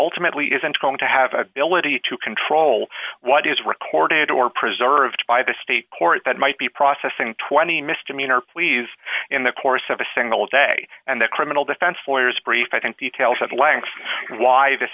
ultimately isn't going to have ability to control what is recorded or preserved by the state court that might be processing twenty misdemeanor pleas in the course of a single day and that criminal defense lawyers brief and details of length why this